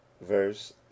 verse